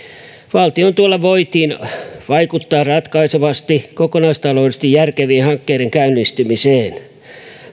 valtiontuella voitiin vaikuttaa ratkaisevasti kokonaistaloudellisesti järkevien hankkeiden käynnistymiseen